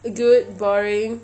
good boring